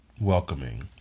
welcoming